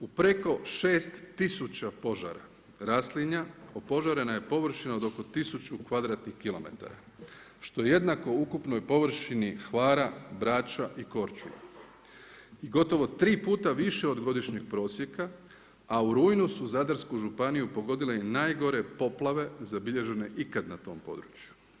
U preko 6 tisuća požara raslinja, opožarena je površina od oko 1000 kvadratnih kilometara što je jednako ukupnoj površini Hvara, Brača i Korčule i gotovo 3 puta više od godišnjeg prosjeka a u rujnu su Zadarsku županiju pogodile najgore poplave zabilježene ikad na tom području.